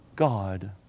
God